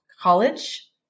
college